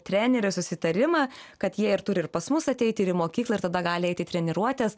trenerių susitarimą kad jie ir turi ir pas mus ateiti ir į mokyklą ir tada gali eit į treniruotes